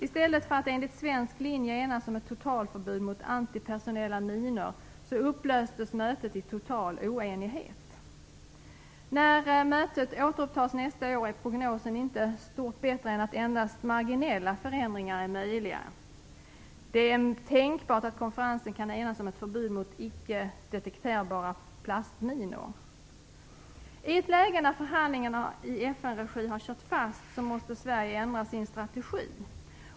I stället för att enligt svensk linje enas om ett totalförbud mot antipersonella minor upplöstes mötet i total oenighet. När mötet återupptas nästa år är prognosen inte stort bättre än att endast marginella förändringar är möjliga. Det är tänkbart att konferensen kan enas om ett förbud mot icke detekterbara plastminor. I ett läge när förhandlingarna i FN-regi har kört fast måste Sverige ändra strategi.